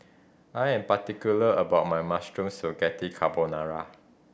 I'm particular about my Mushroom Spaghetti Carbonara